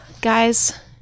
Guys